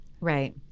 Right